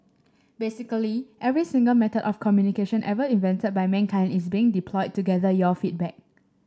basically every single method of communication ever invented by mankind is being deployed to gather your feedback